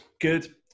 good